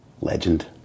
legend